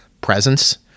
presence